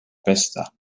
pesta